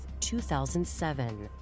2007